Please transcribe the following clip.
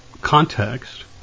context